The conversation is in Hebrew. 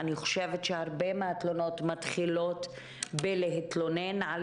אני חושבת שהרבה מהתלונות מתחילות בלהתלונן על